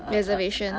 reservation